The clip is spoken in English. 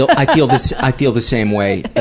i feel the, so i feel the same way.